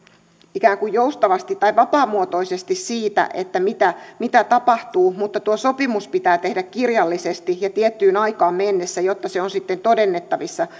ikään kuin joustavasti tai vapaamuotoisesti siitä mitä mitä tapahtuu mutta tuo sopimus pitää tehdä kirjallisesti ja tiettyyn aikaan mennessä jotta se on sitten todennettavissa